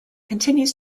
continues